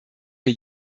für